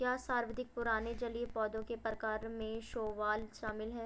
क्या सर्वाधिक पुराने जलीय पौधों के प्रकार में शैवाल शामिल है?